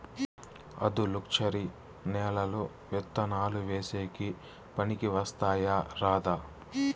ఆధులుక్షరి నేలలు విత్తనాలు వేసేకి పనికి వస్తాయా రాదా?